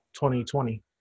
2020